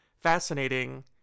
fascinating